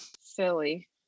Silly